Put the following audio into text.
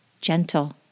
Gentle